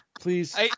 please